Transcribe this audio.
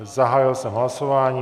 Zahájil jsem hlasování.